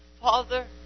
Father